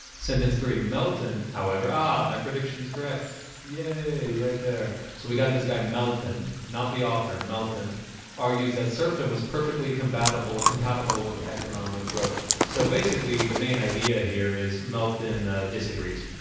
sentence three melton, however ah! my prediction is correct! yay! right there so we got this guy melton not the author melton argues that serfdom was perfectly compatible compatible with economic growth so basically the main idea here is melton disagrees